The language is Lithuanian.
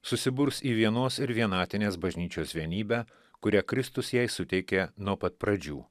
susiburs į vienos ir vienatinės bažnyčios vienybę kurią kristus jai suteikė nuo pat pradžių